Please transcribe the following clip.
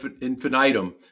infinitum